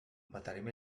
matarem